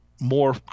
more